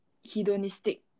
hedonistic